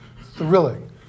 thrilling